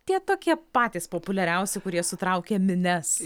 tie tokie patys populiariausi kurie sutraukia minias